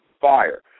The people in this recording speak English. fire